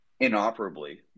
inoperably